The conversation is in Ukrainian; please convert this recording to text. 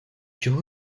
чого